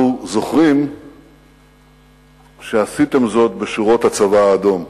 אנחנו זוכרים שעשיתם זאת בשורות הצבא האדום,